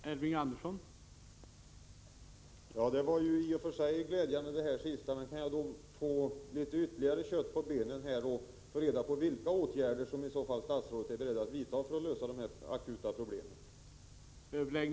Herr talman! Det sista var ju glädjande. Kan jag få litet ytterligare kött på benen och få reda på vilka åtgärder statsrådet i så fall är beredd att vidta för att lösa de akuta problemen?